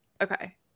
Okay